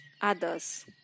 others